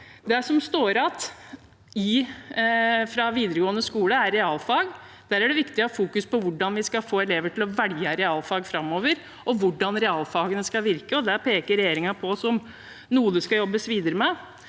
Det som står igjen fra videregående skole, er realfag. Der er det viktig å fokusere på hvordan vi skal få elever til å velge realfag framover, og hvordan realfagene skal virke, og det peker regjeringen på at det skal jobbes videre med.